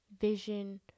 vision